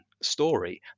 story